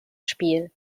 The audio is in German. spiel